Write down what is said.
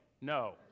No